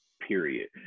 period